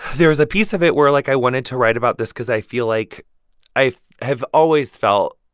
there was a piece of it where, like, i wanted to write about this cause i feel like i have always felt,